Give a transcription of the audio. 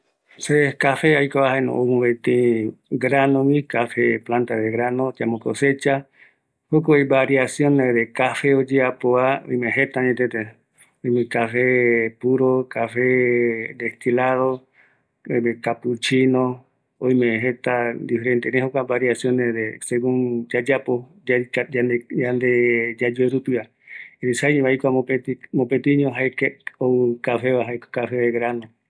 Aikua café, mopëtiño jae café de grano, kuagui oekɨ reta, café nescafe, capuchino, café chiriguano, café ideal, kuaretako jaeñoma derivado jei superetava